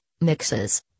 mixes